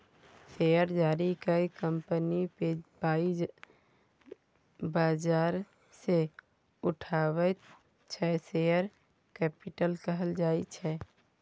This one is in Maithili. शेयर जारी कए कंपनी जे पाइ बजार सँ उठाबैत छै शेयर कैपिटल कहल जाइ छै